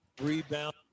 Rebound